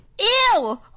Ew